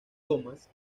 thomas